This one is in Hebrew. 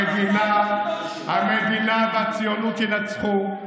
אבל המדינה והציונות ינצחו.